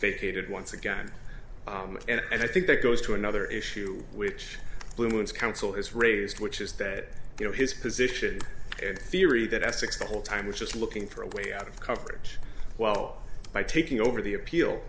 faded once again and i think that goes to another issue which looms counsel is raised which is that you know his position and theory that essex the whole time was just looking for a way out of coverage well by taking over the appeal